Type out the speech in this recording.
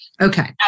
Okay